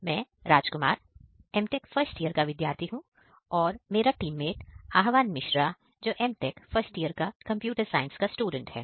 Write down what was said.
मैं Rajkumar MTech first year का विद्यार्थी हूं और यह मेरा टीममेट आह्वान मिश्रा जो MTech फर्स्ट ईयर का कंप्यूटर साइंस का स्टूडेंट है